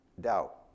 Doubt